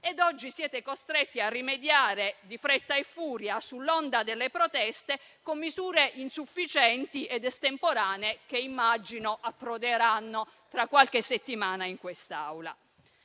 ed oggi siete costretti a rimediare in fretta e furia sull'onda delle proteste con misure insufficienti ed estemporanee che immagino approderanno tra qualche settimana in quest'Aula.